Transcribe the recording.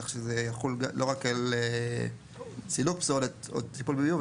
כך שזה יחול לא רק על סילוק פסולת או טיפול בביוב,